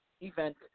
event